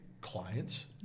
Clients